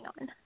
on